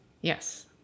Yes